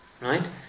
right